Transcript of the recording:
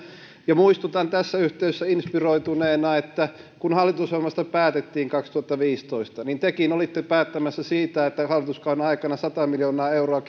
ja muistutan tässä yhteydessä inspiroituneena että kun hallitusohjelmasta päätettiin kaksituhattaviisitoista niin tekin olitte päättämässä siitä että hallituskauden aikana sata miljoonaa euroa